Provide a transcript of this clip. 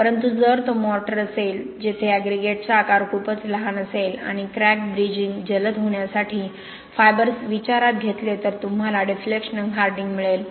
परंतु जर तो मोर्टार असेल जेथे अग्रीगेट्सचा आकार खूपच लहान असेल आणि क्रॅक ब्रिजिंग जलद होण्यासाठी फायबर्स विचारात घेतले तर तुम्हाला डिफ्लेक्शन हार्डेनिंग मिळेल